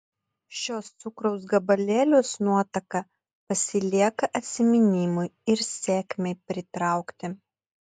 šiuos cukraus gabalėlius nuotaka pasilieka atsiminimui ir sėkmei pritraukti